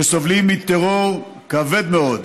שסובלים מטרור כבד מאוד בסיני,